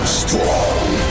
strong